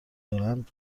دارن